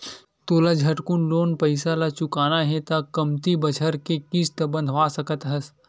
तोला झटकुन लोन के पइसा ल चुकाना हे त कमती बछर के किस्त बंधवा सकस हस